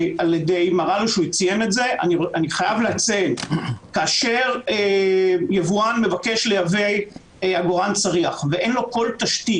מר אלוש ציין את זה: כאשר יבואן עגורן צריח ואין לו כל תשתית,